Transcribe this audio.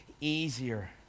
easier